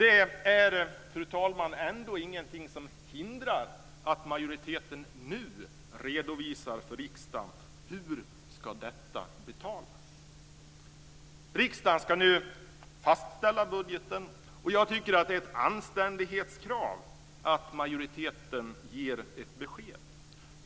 Det är, fru talman, ändå ingenting som hindrar att majoriteten nu redovisar för riksdagen hur detta ska betalas. Riksdagen ska nu fastställa budgeten, och jag tycker att det är ett anständighetskrav att majoriteten ger ett besked.